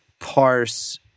parse